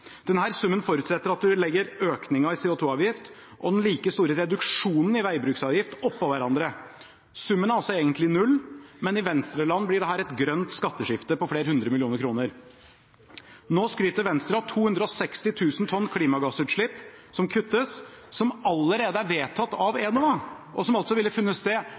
den like store reduksjonen i veibruksavgift oppå hverandre. Summen er altså egentlig null, men i Venstre-land blir dette et «grønt skatteskifte» på flere hundre millioner kroner. Nå skryter Venstre av 260 000 tonn klimagassutslipp som kuttes, men som allerede er vedtatt av Enova, og som altså ville funnet sted